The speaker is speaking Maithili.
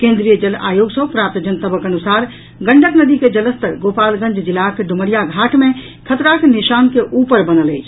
केन्द्रीय जल आयोग सॅ प्राप्त जनतबक अनुसार गंडक नदी के जलस्तर गोपालगंज जिलाक डुमरिया घाट मे खतराक निशान के ऊपर बनल अछि